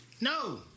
No